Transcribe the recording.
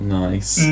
nice